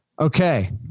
Okay